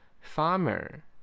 Farmer